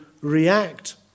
react